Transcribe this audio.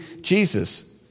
Jesus